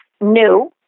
new